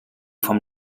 vom